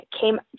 came